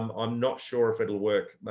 um i'm not sure if it'll work,